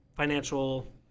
Financial